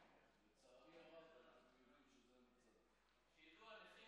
11:07 ונתחדשה בשעה 12:17.) שלום לכם,